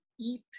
eat